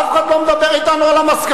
אף אחד לא מדבר אתנו על המסקנות.